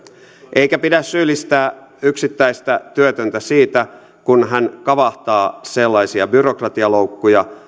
eikä pidä syyllistää yksittäistä työtöntä siitä kun hän kavahtaa sellaisia byrokratialoukkuja